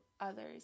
others